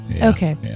Okay